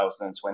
2020